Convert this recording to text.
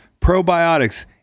probiotics